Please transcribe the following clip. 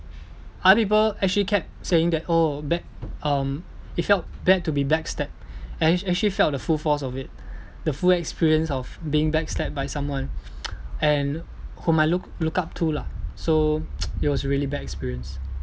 other people actually kept saying that oh back um it felt bad to be backstabbed and actually felt the full force of it the full experience of being backstabbed by someone and whom I look look up to lah so it was really bad experience